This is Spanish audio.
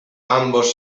ambos